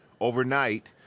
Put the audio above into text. Overnight